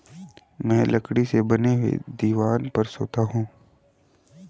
मैं लकड़ी से बने हुए दीवान पर सोता हूं